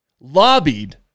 lobbied